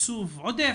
לתקצוב עודף.